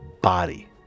body